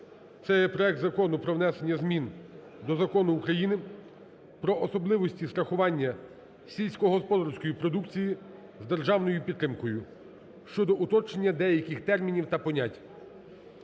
Це є проект Закону про внесення змін до Закону України "Про особливості страхування сільськогосподарської продукції з державною підтримкою" (щодо уточнення деяких термінів та понять).